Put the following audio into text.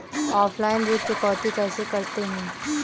Offline ऋण चुकौती कैसे करते हैं?